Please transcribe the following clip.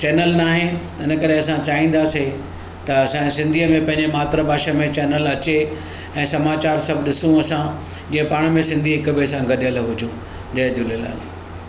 channel आहे इनकरे असां चाईंदासीं त असांजे सिंधीअ में पंहिंजे मातृभाषा में चैनल अचे ऐं समाचारु सभु ॾिसूं असां जीअं पाण में सिंधी हिकु ॿिए सां गॾियल हुजूं जय झूलेलाल